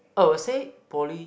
I will say poly